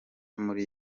muri